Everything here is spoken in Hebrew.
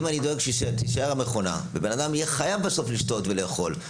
אני דואג שתישאר המכונה ובן אדם יהיה חייב בסוף לשתות ולאכול.